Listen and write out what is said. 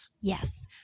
Yes